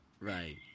Right